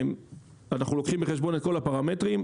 אנחנו לוקחים בחשבון את כל הפרמטרים.